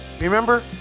Remember